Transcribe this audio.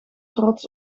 trots